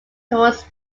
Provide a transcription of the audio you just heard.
taurus